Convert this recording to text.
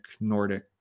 Nordic